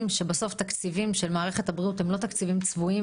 שבסוף התקציבים של מערכת הבריאות הם לא צבועים.